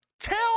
tell